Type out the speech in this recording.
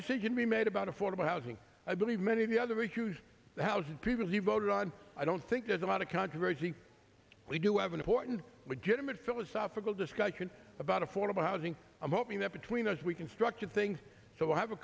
decision we made about affordable housing i believe many of the other huge house people who voted on i don't think there's a lot of controversy we do have an important but jim and philosophical discussion about affordable housing i'm hoping that between us we can structure things so i have a